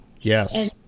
yes